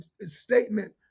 statement